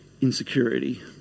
insecurity